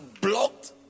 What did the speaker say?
blocked